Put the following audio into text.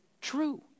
true